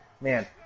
man